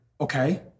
Okay